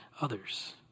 others